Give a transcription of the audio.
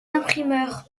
imprimeurs